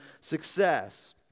success